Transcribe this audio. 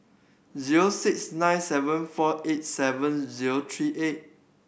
zero six nine seven four eight seven zero three eight